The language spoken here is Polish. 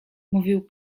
mówił